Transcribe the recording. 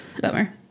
bummer